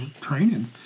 training